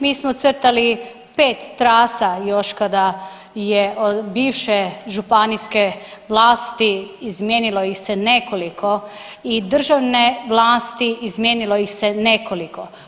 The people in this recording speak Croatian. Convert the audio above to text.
Mi smo crtali 5 trasa još kada je bivše županijske vlasti izmijenilo ih se nekoliko i državne vlasti izmijenilo ih se nekoliko.